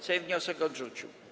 Sejm wniosek odrzucił.